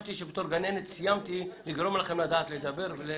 חשבתי שבתור גננת סיימתי לגרום לכם לדעת לדבר ולתאם.